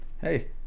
Hey